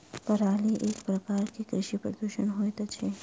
पराली एक प्रकार के कृषि प्रदूषण होइत अछि